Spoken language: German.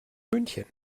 münchen